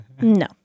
no